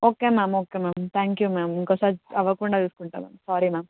okay ma'am okay ma'am thank you ma'am ఇంకోసారి అవ్వ కుండా చ తీసుకుంటాను మ్యామ్ సారీ మ్యామ్